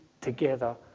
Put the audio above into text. together